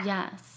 Yes